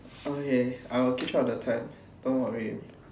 okay I will keep track of the time don't worry